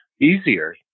easier